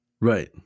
Right